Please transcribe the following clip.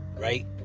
right